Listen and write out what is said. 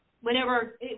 whenever